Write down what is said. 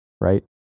right